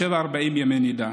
תשב 40 ימי נידה,